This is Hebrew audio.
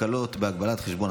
הקלות בהגבלת חשבון),